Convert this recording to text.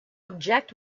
object